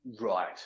right